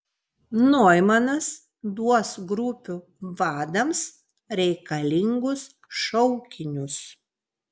noimanas duos grupių vadams reikalingus šaukinius